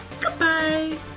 Goodbye